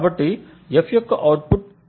కాబట్టి F యొక్క output C